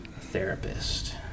therapist